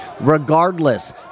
regardless